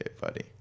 buddy